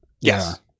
Yes